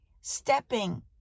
stepping